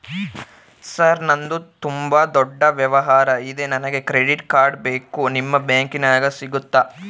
Sir ನಂದು ತುಂಬಾ ದೊಡ್ಡ ವ್ಯವಹಾರ ಇದೆ ನನಗೆ ಕ್ರೆಡಿಟ್ ಕಾರ್ಡ್ ಬೇಕು ನಿಮ್ಮ ಬ್ಯಾಂಕಿನ್ಯಾಗ ಸಿಗುತ್ತಾ?